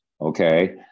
okay